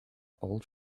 old